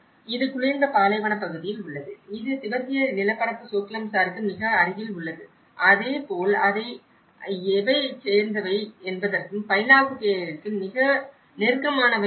இது குளிர்ந்த பாலைவனப் பகுதியில் உள்ளது இது திபெத்திய நிலப்பரப்பு சோக்லாம்சருக்கு மிக அருகில் உள்ளது அதேபோல் அவை எதைச் சேர்ந்தவை என்பதற்கும் பைலாகுப்பேவிற்கும் மிக நெருக்கமானவை ஆகும்